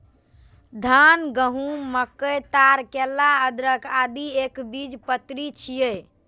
धान, गहूम, मकई, ताड़, केला, अदरक, आदि एकबीजपत्री छियै